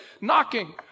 knocking